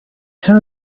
have